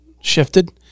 shifted